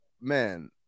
man